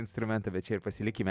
instrumentą bet čia ir pasilikime